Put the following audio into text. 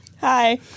Hi